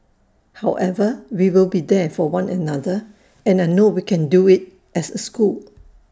however we will be there for one another and I know we can do IT as A school